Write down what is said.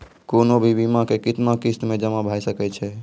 कोनो भी बीमा के कितना किस्त मे जमा भाय सके छै?